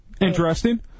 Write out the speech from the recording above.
Interesting